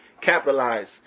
capitalize